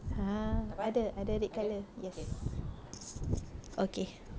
ah ada ada red colour yes okay